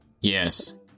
Yes